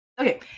Okay